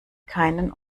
keinen